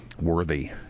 worthy